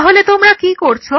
তাহলে তোমরা কি করছো